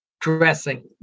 dressing